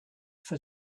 for